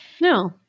No